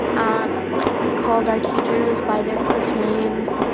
um like we called our teachers by their first names.